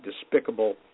despicable